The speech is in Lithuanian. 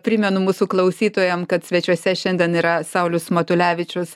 primenu mūsų klausytojam kad svečiuose šiandien yra saulius matulevičius